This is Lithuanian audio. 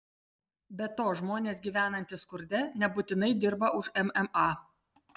be to žmonės gyvenantys skurde nebūtinai dirba už mma